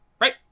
Right